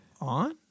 on